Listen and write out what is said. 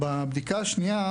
בבדיקה השנייה,